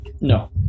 No